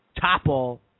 topple